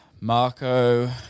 Marco